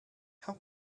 how